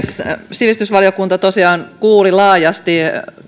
sivistysvaliokunta tosiaan kuuli laajasti